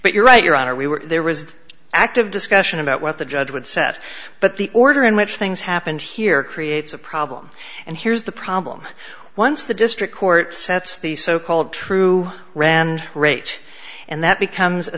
but you're right your honor we were there was active discussion about what the judge would set but the order in which things happened here creates a problem and here's the problem once the district court sets the so called true rand rate and that becomes a